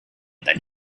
than